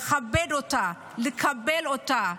לכבד אותה, לקבל אותה.